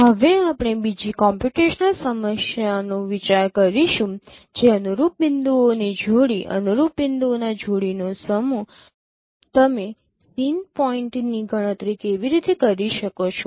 હવે આપણે બીજી કોમ્પ્યુટેશનલ સમસ્યાનો વિચાર કરીશું જે અનુરૂપ બિંદુઓની જોડી અનુરૂપ બિંદુઓના જોડીનો સમૂહ તમે સીન પોઇન્ટની ગણતરી કેવી રીતે કરી શકો છો